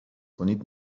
کنید